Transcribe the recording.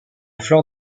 flore